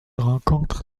rencontre